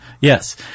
yes